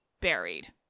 buried